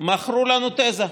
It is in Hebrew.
מכרו לנו תזה.